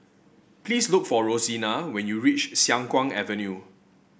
please look for Rosina when you reach Siang Kuang Avenue